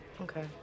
Okay